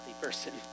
person